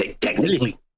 Technically